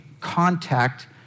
contact